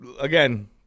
again